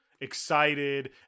excited